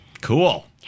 Cool